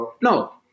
No